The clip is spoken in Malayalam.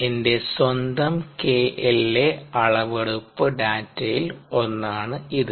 എന്റെ സ്വന്തം KLa അളവെടുപ്പ് ഡാറ്റയിൽ ഒന്നാണ് ഇത്